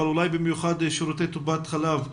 ובמיוחד שירותים של טיפות החלב.